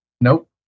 Nope